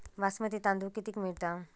बासमती तांदूळ कितीक मिळता?